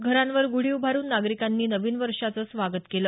घरांवर गुढी उभारुन नागरिकांनी नवीन वर्षाचं स्वागत केलं